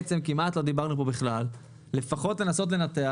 כמעט לא דיברנו כאן בכלל לפחות לנסות לנתח